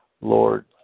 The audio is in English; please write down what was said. Lord